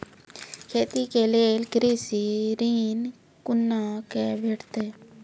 खेती के लेल कृषि ऋण कुना के भेंटते?